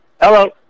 hello